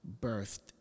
birthed